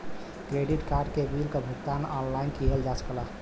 credit card के बिल क भुगतान ऑनलाइन किहल जा सकला